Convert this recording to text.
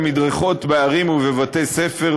על מדרכות בערים ובבתי-ספר,